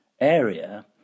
area